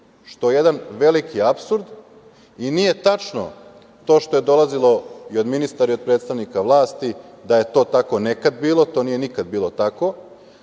što je jedan veliki apsurd. Nije tačno to što je dolazilo i od ministara i od predstavnika vlasti da je to tako nekada bilo. To nije nikada bilo tako.